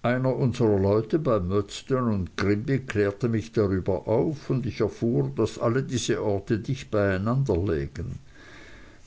einer unserer leute bei murdstone grinby klärte mich darüber auf und ich erfuhr daß alle diese orte dicht beieinander lägen